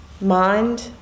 mind